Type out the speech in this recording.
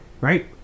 right